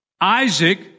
Isaac